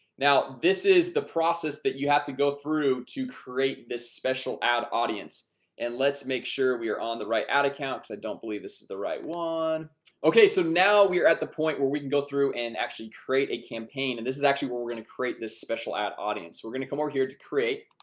now this is the process that you have to go through to create this special ad audience and let's make sure we are on the right out accounts. i don't believe this is the right one okay. so now we are at the point where we can go through and actually create a campaign and this is actually what we're gonna create this special ad audience. we're gonna come over here to create